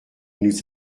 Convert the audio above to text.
nous